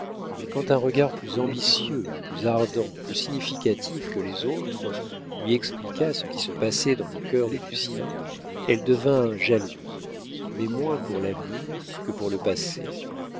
mais quand un regard plus ambitieux plus ardent plus significatif que les autres lui expliqua ce qui se passait dans le cœur de lucien elle devint jalouse mais moins pour l'avenir que pour le passé